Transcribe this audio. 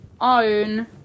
own